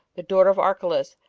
the daughter of archelaus,